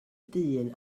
dyn